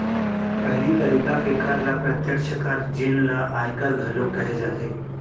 पहिली तरिका के कर ल प्रत्यक्छ कर जेन ल आयकर घलोक कहे जाथे